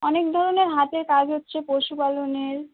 অনেক ধরনের হাতের কাজ হচ্ছে পশুপালনের